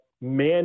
man